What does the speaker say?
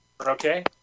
Okay